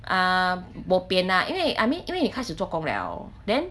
ah bo pian lah 因为 I mean 因为开始做工 liao then